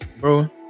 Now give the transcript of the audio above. bro